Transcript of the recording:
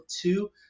two